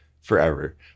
Forever